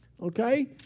okay